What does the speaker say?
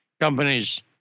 companies